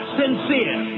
sincere